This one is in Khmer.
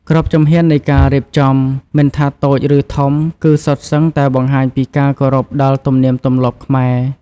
គ្រប់ជំហាននៃការរៀបចំ មិនថាតូចឬធំ គឺសុទ្ធសឹងតែបង្ហាញពីការគោរពដល់ទំនៀមទម្លាប់ខ្មែរ។